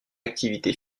activité